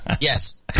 yes